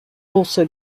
also